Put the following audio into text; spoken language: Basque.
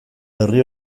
herri